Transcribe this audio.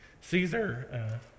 Caesar